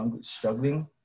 struggling